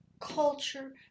culture